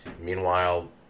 Meanwhile